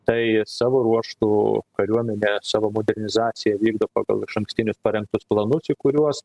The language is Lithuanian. tai savo ruožtu kariuomenė savo modernizaciją vykdo pagal išankstinius parengtus planus į kuriuos